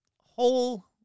whole